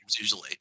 usually